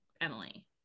Emily